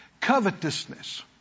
Covetousness